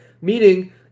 meaning